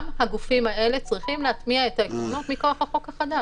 גם הגופים האלה צריכים להטמיע את העקרונות מכוח החוק החדש.